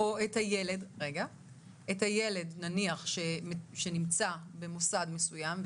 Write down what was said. או את הילד, נניח שנמצא במוסד מסוים.